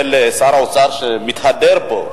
ששר האוצר שמתהדר בו,